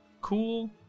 Cool